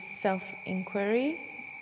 self-inquiry